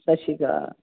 ਸਤਿ ਸ਼੍ਰੀ ਅਕਾਲ